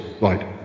right